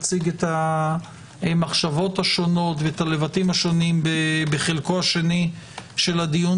נציג את המחשבות ואת הלבטים השונים בחלקו השני של הדיון